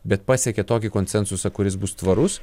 bet pasiekia tokį konsensusą kuris bus tvarus